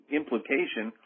implication